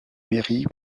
mairie